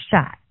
shot